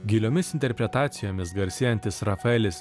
giliomis interpretacijomis garsėjantis rafaelis